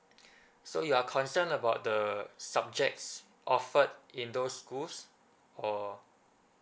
so you are concerned about the subjects offered in those schools or